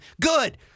Good